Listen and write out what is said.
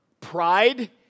pride